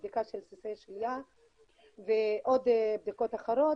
הבדיקה של סיסי שליה ועוד בדיקות אחרות